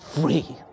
free